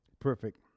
perfect